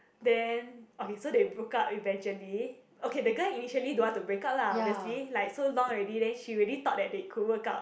then okay so they broke up eventually okay the girl initially don't want to break up lah obviously like so long already then she already thought that they could work out